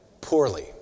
poorly